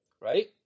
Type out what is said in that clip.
right